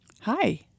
Hi